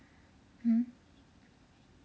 mm